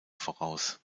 voraus